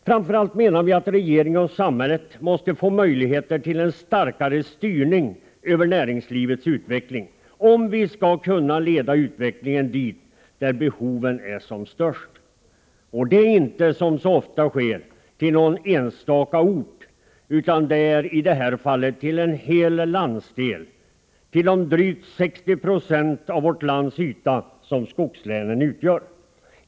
Framför allt menar vi att regering och samhälle måste få möjligheter till en starkare styrning av näringslivets utveckling, om vi skall kunna leda utvecklingen dit där behoven är störst — inte, som så ofta sker, till någon enstaka ort, utan i det här fallet till en hel landsdel, till de drygt 60 96 av vårt lands yta som skogslänen utgör.